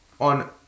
on